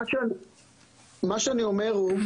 מה שאני אומר הוא,